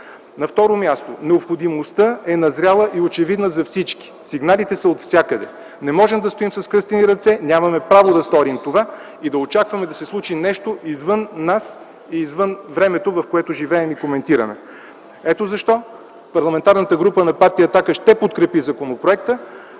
На второ място, необходимостта е назряла и е очевидна за всички. Сигналите са отвсякъде. Не можем да стоим със скръстени ръце, нямаме право да сторим това и да очакваме да се случи нещо извън нас и извън времето, в което живеем и коментираме. Ето защо Парламентарната група на партия „Атака” ще подкрепи законопроекта,